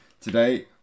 Today